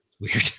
Weird